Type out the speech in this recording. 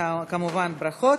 כמובן, ברכות.